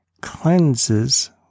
cleanses